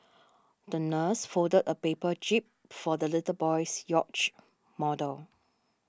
the nurse folded a paper jib for the little boy's yacht model